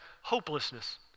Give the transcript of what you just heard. hopelessness